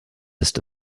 ist